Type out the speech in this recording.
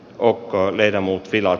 ookkaan meidän muut tilat